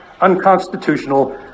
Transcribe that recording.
unconstitutional